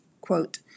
quote